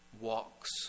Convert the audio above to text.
walks